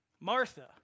Martha